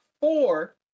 four